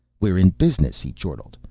we're in business, he chortled.